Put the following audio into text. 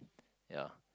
yeah